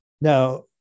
Now